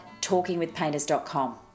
talkingwithpainters.com